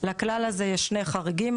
לכלל הזה יש שני חריגים.